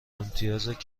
امتیازات